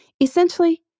Essentially